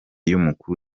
y’umukuru